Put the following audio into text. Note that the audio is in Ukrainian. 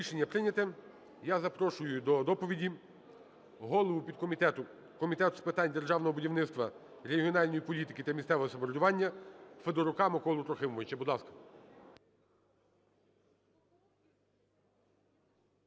Рішення прийнято. Я запрошую до доповіді голову підкомітету Комітету з питань державного будівництва, регіональної політики та місцевого самоврядування Федорука Миколу Трохимовича.